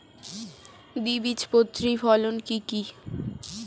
দ্বিবীজপত্রী ফসল কি কি?